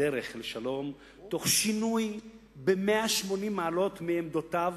לא, אני באתי, אני באתי אחרי הסכם קמפ-דייוויד.